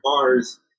bars